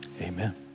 amen